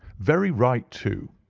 very right too.